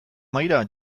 mahaira